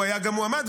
הוא היה גם מועמד,